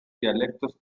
dialectos